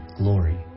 glory